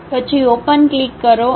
પછી open click કરો